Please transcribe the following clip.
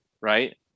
right